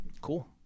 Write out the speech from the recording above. Cool